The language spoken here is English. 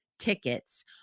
tickets